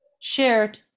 shared